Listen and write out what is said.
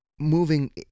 Moving